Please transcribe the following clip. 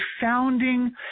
founding